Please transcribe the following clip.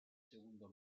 segundo